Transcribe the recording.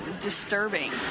disturbing